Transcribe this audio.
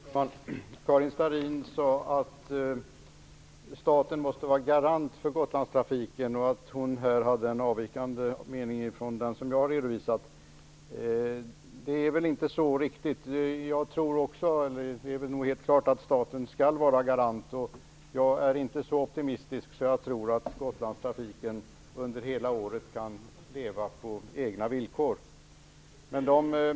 Fru talman! Karin Starrin sade att staten måste vara garant för Gotlandstrafiken och att hon i det sammanhanget hade en avvikande mening från den som jag har redovisat. Det stämmer inte riktigt. Jag menar att det är helt klart att staten skall vara garant. Jag är inte så optimistisk att jag tror att Gotlandstrafiken under hela året kan leva på egna villkor.